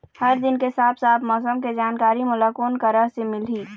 हर दिन के साफ साफ मौसम के जानकारी मोला कोन करा से मिलही?